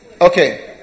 Okay